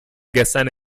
gestern